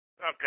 Okay